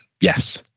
yes